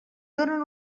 donen